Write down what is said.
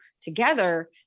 together